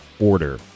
order